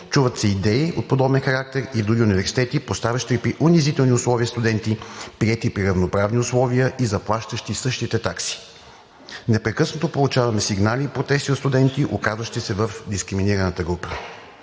чуват се идеи от подобен характер и дори университети, поставящи при унизителни условия студенти, приети при равноправни условия и заплащащи същите такси. Непрекъснато получаваме сигнали и протести от студенти, оказващи се в дискриминираната група.